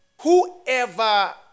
whoever